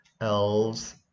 Elves